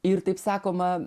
ir taip sakoma